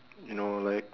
you know like uh